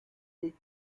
des